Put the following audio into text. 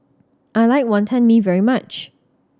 I like Wonton Mee very much